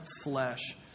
flesh